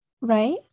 Right